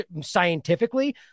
scientifically